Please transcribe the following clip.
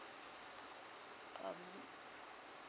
mm